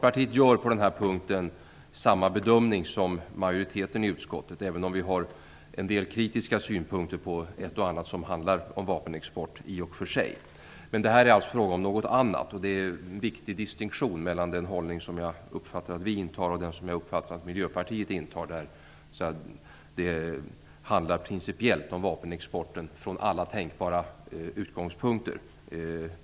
På den här punkten gör Folkpartiet samma bedömning som majoriteten i utskottet, även om vi i och för sig har en del kritiska synpunkter på ett och annat som handlar om vapenexport. Men här är det alltså fråga om något annat. Det är en viktig distinktion mellan den hållning som jag uppfattar att vi intar och den som jag uppfattar att Miljöpartiet intar, där det principiellt handlar om vapenexporten från alla tänkbara utgångspunkter.